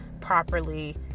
properly